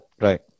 Right